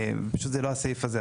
פשוט זה לא הסעיף הזה,